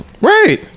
Right